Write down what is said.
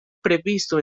previsto